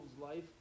life